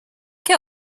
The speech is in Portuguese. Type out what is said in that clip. que